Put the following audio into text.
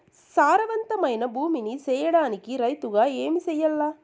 సారవంతమైన భూమి నీ సేయడానికి రైతుగా ఏమి చెయల్ల?